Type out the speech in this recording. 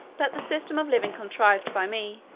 that the system of living contrived by me,